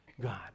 God